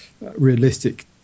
realistic